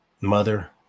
mother